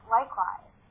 Likewise